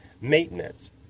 Maintenance